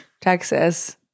Texas